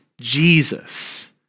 Jesus